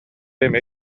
эмэ